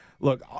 Look